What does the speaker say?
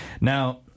Now